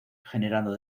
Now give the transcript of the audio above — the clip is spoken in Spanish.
generando